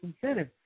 incentive